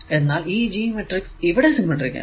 എന്നാൽ ഈ G matrix ഇവിടെ സിമെട്രിക് ആണ്